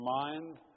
mind